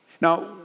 Now